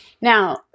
Now